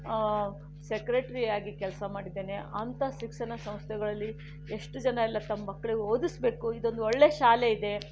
ಸೆಕ್ರೆಟ್ರಿಯಾಗಿ ಕೆಲಸ ಮಾಡಿದ್ದೇನೆ ಅಂತಹ ಶಿಕ್ಷಣ ಸಂಸ್ಥೆಗಳಲ್ಲಿ ಎಷ್ಟು ಜನ ಎಲ್ಲ ತಮ್ಮ ಮಕ್ಕಳಿಗೆ ಓದಿಸಬೇಕು ಇದೊಂದು ಒಳ್ಳೆಯ ಶಾಲೆ ಇದೆ